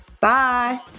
Bye